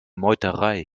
meuterei